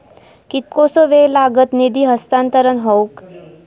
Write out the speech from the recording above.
कितकोसो वेळ लागत निधी हस्तांतरण हौक?